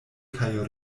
kaj